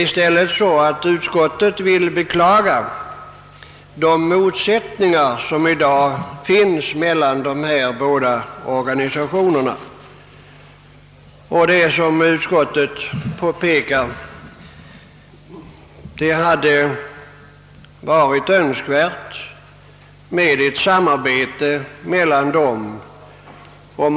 Utskottet beklagar i stället de motsättningar som i dag finns mellan de båda organisationerna, Vi påpekar också att det vore önskvärt med ett samarbete mellan förbunden.